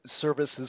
Service's